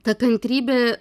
ta kantrybė